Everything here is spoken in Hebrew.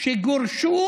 שגורשו